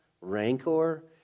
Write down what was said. Rancor